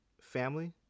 family